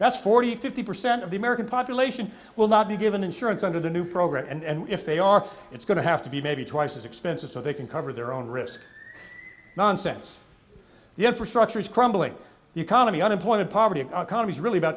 that's forty fifty percent of the american population will not be given insurance under the new program and if they are it's going to have to be maybe twice as expensive so they can cover their own risk nonsense the infrastructure is crumbling economy unemployment poverty economies really about